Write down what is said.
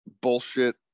bullshit